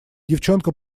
девчонка